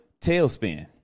tailspin